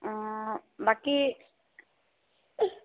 অঁ বাকী